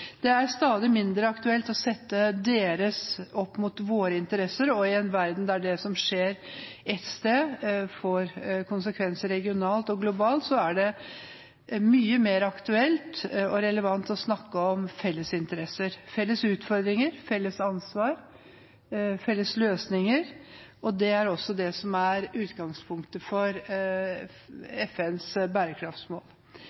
Det er stadig mindre aktuelt å sette «deres» opp mot «våre» interesser, og i en verden der det som skjer ett sted, får konsekvenser regionalt og globalt, er det mye mer aktuelt og relevant å snakke om felles interesser, felles utfordringer, felles ansvar og felles løsninger. Det er også det som er utgangspunktet for